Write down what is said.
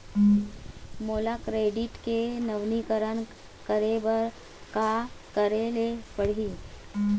मोला क्रेडिट के नवीनीकरण करे बर का करे ले पड़ही?